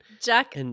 Jack